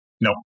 No